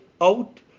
out